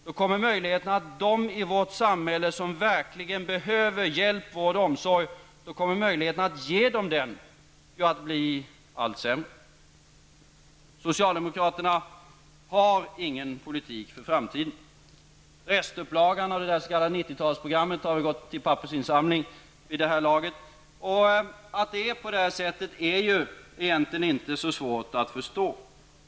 Då kommer möjligheten att ge de människor i vårt samhälle som verkligen behöver hjälp, vård och omsorg att bli allt sämre. Socialdemokraterna har ingen politik för framtiden. Restupplagan av det s.k. 90 talsprogrammet har väl gått till pappersinsamling vid det här laget. Att det är på detta sätt är egentligen inte så svårt att förstå.